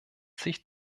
sich